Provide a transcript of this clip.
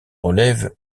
relève